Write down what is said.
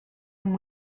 and